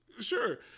Sure